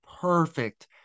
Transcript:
perfect